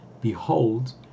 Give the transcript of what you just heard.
behold